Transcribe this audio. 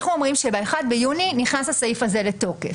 אנחנו אומרים שב-1 ביוני נכנס הסעיף הזה לתוקף.